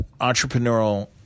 entrepreneurial